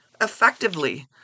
effectively